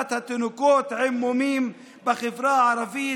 לידת התינוקות עם מומים בחברה הערבית,